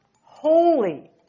holy